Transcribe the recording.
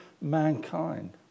mankind